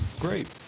Great